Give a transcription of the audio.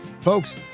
Folks